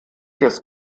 des